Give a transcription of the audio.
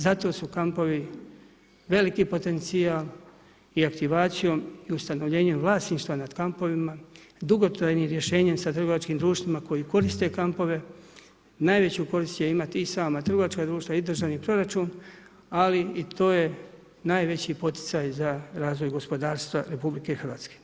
Zato su kampovi veliki potencijal i aktivacijom i ustanovljenjem vlasništva nad kampovima, dugotrajnim rješenjima koji koriste kampove, najveću korist će imati i sama trgovačka društva i državni proračun ali i to je najveći poticaj za razvoj gospodarstva RH.